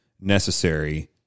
necessary